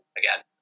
again